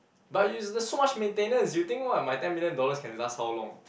but you it's so much maintenance you think what my ten million dollars can last how long